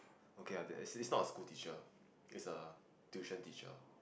okay ah it's not a school teacher is a tuition teacher